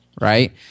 Right